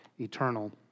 eternal